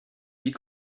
wie